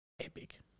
epic